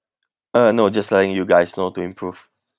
uh no just letting you guys know to improve